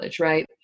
right